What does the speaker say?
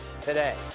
today